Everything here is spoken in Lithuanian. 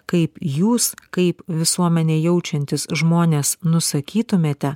kaip jūs kaip visuomenei jaučiantys žmonės nusakytumėte